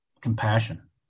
compassion